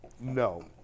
No